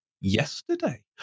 yesterday